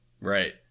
right